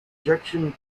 ejection